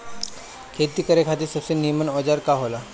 खेती करे खातिर सबसे नीमन औजार का हो ला?